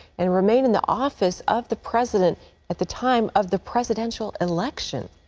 and remain in the office of the president at the time of the presidential election?